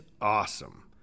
awesome